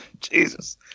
Jesus